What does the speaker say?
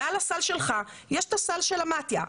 מעל הסל שלך יש את הסל של המתי"א.